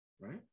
right